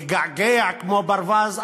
מגעגע כמו ברווז,